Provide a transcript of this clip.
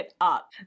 up